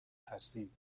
هستیم